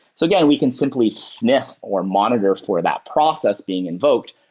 so again, we can simply sniff or monitor for that process being invoked.